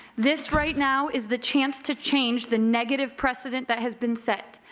this right now is the chance to change the negative precedent that has been set.